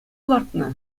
лартнӑ